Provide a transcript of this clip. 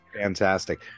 fantastic